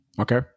Okay